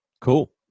Cool